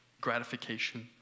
gratification